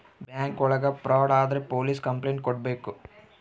bank ಒಳಗ fraud ಆದ್ರೆ police complaint ಕೊಡ್ಬೇಕು